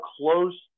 close –